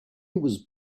was